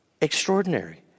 extraordinary